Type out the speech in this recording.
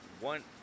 one